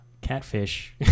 Catfish